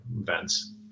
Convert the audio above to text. events